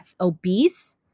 obese